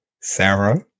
Sarah